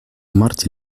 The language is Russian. марте